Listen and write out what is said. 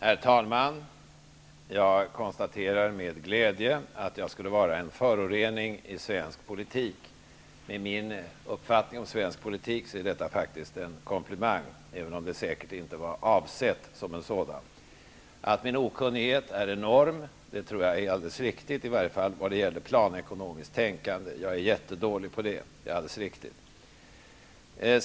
Herr talman! Jag konstaterar med glädje att jag skulle vara en förorening i svensk politik. Med min uppfattning om svensk politik är detta faktiskt en komplimang, även om det säkert inte var avsett som en sådan. Att min okunnighet är enorm tror jag är alldeles riktigt i varje fall vad gäller planekonomiskt tänkande. Jag är jättedålig på det, det är alldeles riktigt.